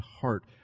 heart